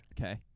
Okay